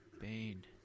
Bane